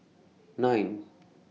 nine